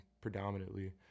predominantly